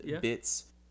bits